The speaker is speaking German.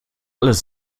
alles